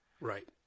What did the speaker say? Right